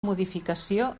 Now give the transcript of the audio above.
modificació